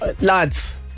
Lads